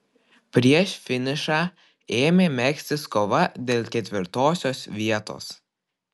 prieš finišą ėmė megztis kova dėl ketvirtosios vietos